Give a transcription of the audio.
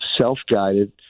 self-guided